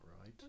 right